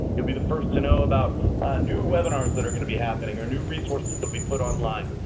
you'll be the first to know about new webinars that are going to be happening or new resources that we put online.